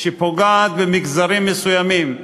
שפוגעת במגזרים מסוימים,